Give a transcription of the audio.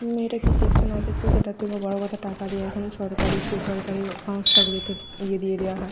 মেয়েটা কি শিখছে না শিখছে সেটার থেকেও বড়ো কথা টাকা দিয়ে এখন সরকারি বেসরকারি সংস্থাগুলিতে দিয়ে দেওয়া হয়